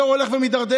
הדור הולך ומידרדר.